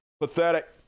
Pathetic